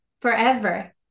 forever